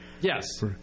Yes